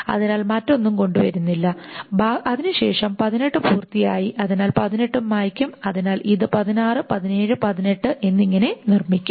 അതിനാൽ മറ്റൊന്നും കൊണ്ടുവരുന്നില്ല അതിനുശേഷം 18 പൂർത്തിയായി അതിനാൽ 18 ഉം മായ്ക്കും അതിനാൽ ഇത് 16 17 18 എന്നിങ്ങനെ നിർമ്മിക്കും